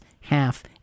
half